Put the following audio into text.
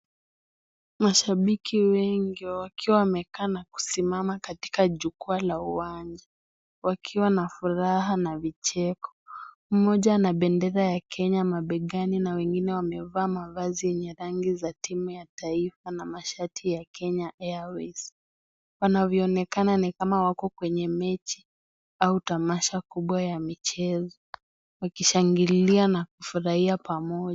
Mashabiki wengi wakiwa wamekaa na kusimama katika jukwaa la uwanja wakiwa na furaha na vicheko, mmoja na bendera ya Kenya mabegani na wengine wamevaa mavazi zenye rangi ya timu ya taifa na mashati ya Kenya Airways. Wanavyoonekana ni kama wako kwenye mechi au tamasha kubwa ya michezo, wakishangilia na kufurahia pamoja.